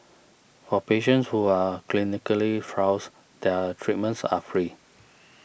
for patients who are clinically trials their treatments are free